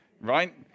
right